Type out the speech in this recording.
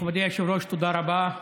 מכובדי היושב-ראש, תודה רבה.